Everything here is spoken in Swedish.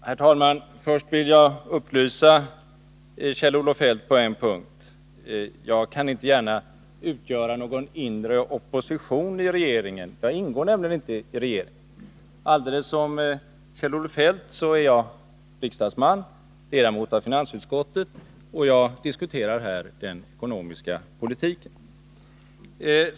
Herr talman! Först vill jag upplysa Kjell-Olof Feldt om en sak. Jag kan inte gärna utgöra någon inre opposition i regeringen. Jag ingår nämligen inte i regeringen. Precis som Kjell-Olof Feldt är jag riksdagsman och ledamot av finansutskottet, och jag diskuterar här den ekonomiska politiken.